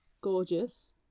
Gorgeous